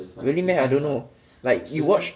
really meh I don't know like you watch